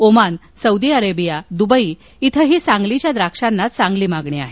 Oman Saudi Arabia Dubai ओही सांगलीच्या द्राक्षांना चांगली मागणी आहे